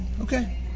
okay